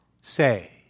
say